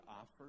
offer